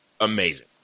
amazing